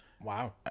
Wow